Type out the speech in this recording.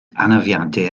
anafiadau